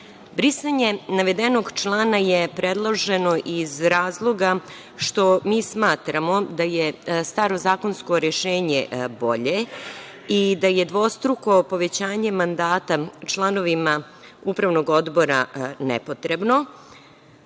navedenog člana je predloženo iz razloga što smatramo da je staro zakonsko rešenje bolje i da je dvostruko povećanje mandata članovima Upravnog odbora nepotrebno. Mi